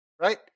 right